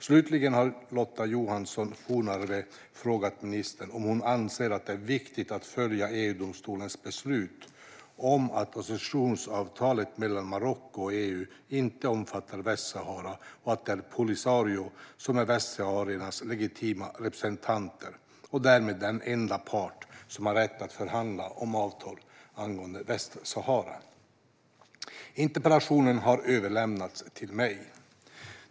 Slutligen har Lotta Johansson Fornarve frågat ministern om hon anser att det är viktigt att följa EU-domstolens beslut om att associationsavtalet mellan Marocko och EU inte omfattar Västsahara och att det är Polisario som är västsahariernas legitima representanter och därmed den enda part som har rätt att förhandla om avtal angående Västsahara. Interpellationen har överlämnats till mig.